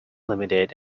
limited